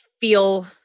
feel